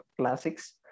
classics